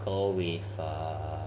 go with with uh